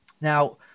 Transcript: Now